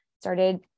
started